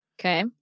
Okay